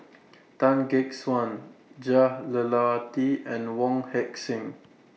Tan Gek Suan Jah Lelawati and Wong Heck Sing